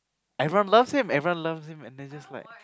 everyone loves him everyone loves him and this is like